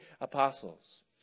apostles